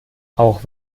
auch